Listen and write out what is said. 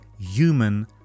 human